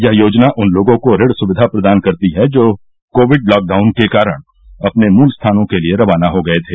यह योजना उन लोगों को ऋण सुविधा प्रदान करती है जो कोविड लॉक डाउन के कारण अपने मूल स्थानों के लिए रवाना हो गए थे